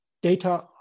Data